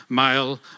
male